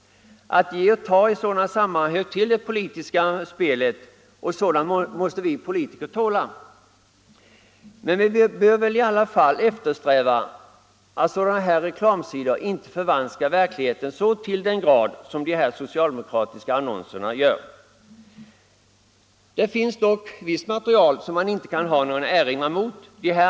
Att ge och ta i sådana sammanhang hör till det politiska spelet, och sådant måste vi politiker tåla. Men vi bör väl i alla fall eftersträva att sådana här reklamsidor inte förvanskar verkligheten så till den grad som de socialdemokratiska annonserna gör. Det finns dock visst material som man inte kan ha någon erinran mot.